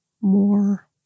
more